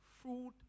fruit